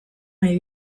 nahi